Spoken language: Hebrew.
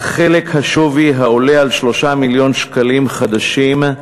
על חלק השווי העולה על 3 מיליון שקלים חדשים,